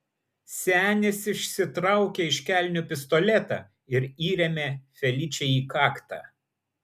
senis išsitraukė iš kelnių pistoletą ir įrėmė feličei į kaktą